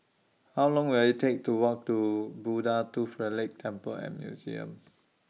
How Long Will IT Take to Walk to Buddha Tooth Relic Temple and Museum